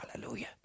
hallelujah